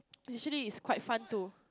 usually it's quite fun to